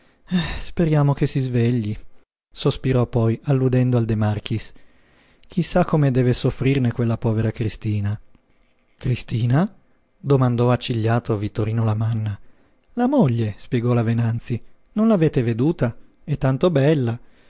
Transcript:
scientifica speriamo che si svegli sospirò poi alludendo al de marchis chi sa come deve soffrirne quella povera cristina cristina domandò accigliato vittorino lamanna la moglie spiegò la venanzi non l'avete veduta è tanto bella